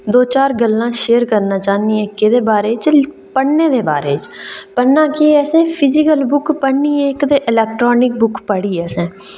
दो चार गल्ला शेयर करना चाह्न्नी आं में केह्दे बारे च पढ़ने दे बारे च पढ़ना केह् असें जेकर बुक पढ़नी ऐ ते इलैक्ट्रैनिक बुक पढ़ी ऐ